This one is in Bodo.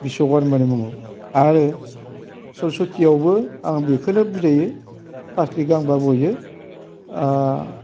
बिस्व'खरमानि मुङाव आरो सरासथियावबो आं बेखौनो बुजायो फास्लि गांबा बयो